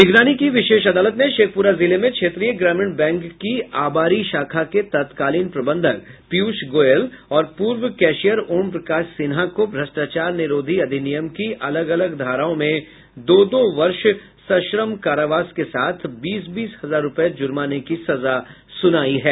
निगरानी की विशेष अदालत ने शेखपुरा जिले में क्षेत्रीय ग्रामीण बैंक की अंबारी शाखा के तत्कालीन प्रबंधक पीयूष गोयल और पूर्व कैशियर ओमप्रकाश सिन्हा को भ्रष्टाचार निरोधी अधिनियम की अलग अलग धाराओं में दो दो वर्ष सश्रम कारावास के साथ बीस बीस हजार रूपये जुर्माने की सजा सुनाई है